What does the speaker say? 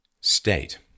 State